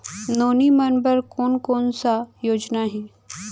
नोनी मन बर कोन कोन स योजना हे?